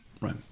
right